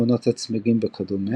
תכונות הצמיגים וכדומה,